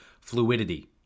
fluidity